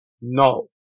No